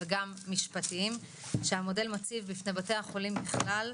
וגם משפטיים שהמודל מציב בפני בתי חולים בכלל,